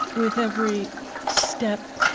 with every step,